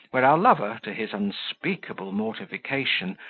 where our lover, to his unspeakable mortification,